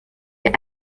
ihr